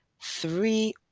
three